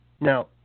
Now